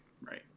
right